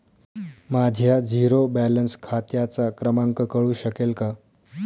माझ्या zero balance खात्याचा क्रमांक कळू शकेल का?